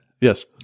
Yes